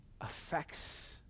affects